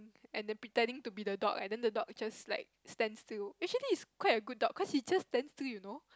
and then pretend to be the dog and then the dog just like stand still actually it's quite a good dog cause it just stands still you know